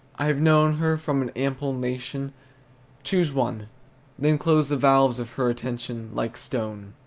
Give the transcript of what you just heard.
i've known her from an ample nation choose one then close the valves of her attention like stone.